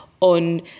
on